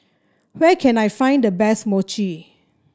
where can I find the best Mochi